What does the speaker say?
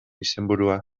izenburua